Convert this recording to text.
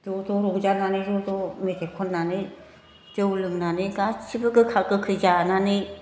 ज' ज' रंजानानै जों ज' मेथाइ खननानै जौ लोंनानै गासैबो गोखा गोखै जानानै